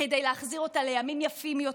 כדי להחזיר אותה לימים יפים יותר.